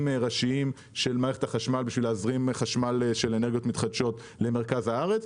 ראשיים של מערכת החשמל בשביל להזרים חשמל של אנרגיות מתחדשות למרכז הארץ.